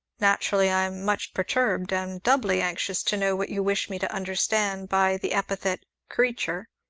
naturally i am much perturbed, and doubly anxious to know what you wish me to understand by the epithet creature?